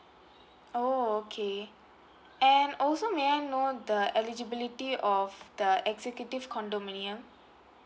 oh okay and also may I know the eligibility of the executive condominium